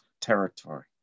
territory